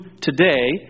today